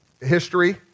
history